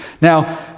Now